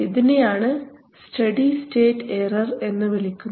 ഇതിനെയാണ് steady state error എന്നു വിളിക്കുന്നത്